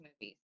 movies